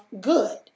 good